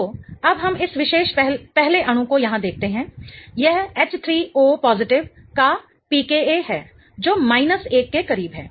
तो अब हम इस विशेष पहले अणु को यहाँ देखते हैं यह H3O का pKa है जो माइनस 1 के करीब है